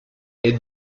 est